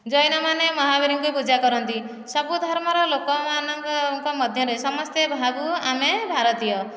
ଜୈନମାନେ ମହାବୀରିଙ୍କୁ ପୂଜା କରନ୍ତି ସବୁ ଧର୍ମର ଲୋକ ମାନଙ୍କଙ୍କ ମଧ୍ୟରେ ସମସ୍ତେ ଭାବୁ ଆମେ ଭାରତୀୟ